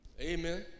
Amen